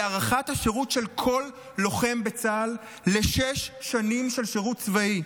הארכת השירות של כל לוחם בצה"ל לשש שנים של שירות צבאי.